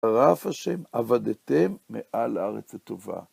רב השם, עבדתם מעל ארץ הטובה.